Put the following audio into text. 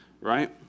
right